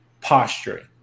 posturing